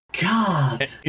God